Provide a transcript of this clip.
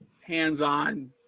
hands-on